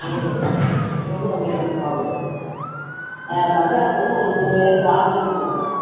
ஆமாம் மேம் ரொம்ப கம்மியாகதா இருக்கும் கவலைப்படாதீங்க பஜாஜுக்கு வந்து உங்களுக்கு டூ இயர்ஸ் வாரண்ட்டி கொடுக்குறோம் மேம்